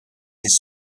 ist